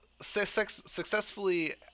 successfully